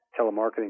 telemarketing